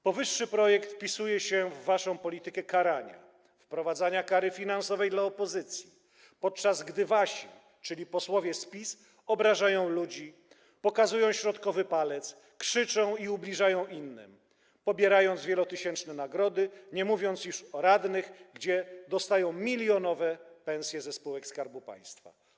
Powyższy projekt wpisuje się w waszą politykę karania, wprowadzania kar finansowych dla opozycji, podczas gdy wasi, czyli posłowie z PiS, obrażają ludzi, pokazują środkowy palec, krzyczą i ubliżają innym, pobierając wielotysięczne nagrody, nie mówiąc już o radnych, którzy dostają milionowe pensje ze spółek Skarbu Państwa.